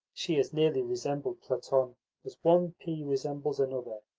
she as nearly resembled platon as one pea resembles another,